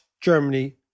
Germany